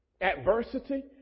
adversity